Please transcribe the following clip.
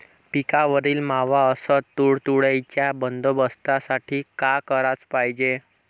पिकावरील मावा अस तुडतुड्याइच्या बंदोबस्तासाठी का कराच पायजे?